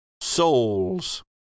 souls